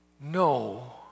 no